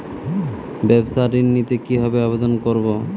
ব্যাবসা ঋণ নিতে কিভাবে আবেদন করব?